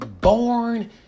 born